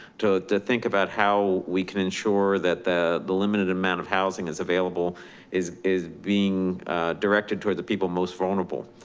to to think about how we can ensure that the the limited amount of housing is available is is being directed towards the people most vulnerable.